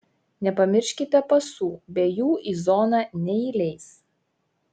nepamirškite pasų be jų į zoną neįleis